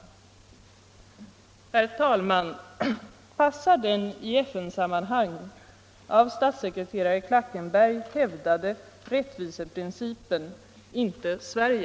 Herr talman! Passar den i FN-sammanhang av statssekreterare Klackenberg hävdade rättviseprincipen inte Sverige?